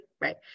right